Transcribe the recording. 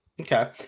okay